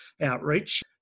outreach